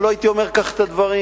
אני לא הייתי אומר כך את הדברים,